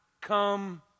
come